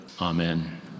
Amen